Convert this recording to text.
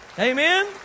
Amen